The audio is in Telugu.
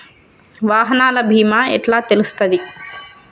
వాహనాల బీమా ఎట్ల తెలుస్తది?